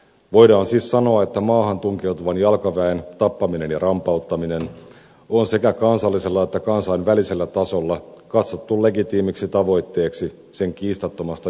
voidaan siis sanoa että maahan tunkeutuvan jalkaväen tappaminen ja rampauttaminen on sekä kansallisella että kansainvälisellä tasolla katsottu legitiimiksi tavoitteeksi sen kiistattomasta julmuudesta huolimatta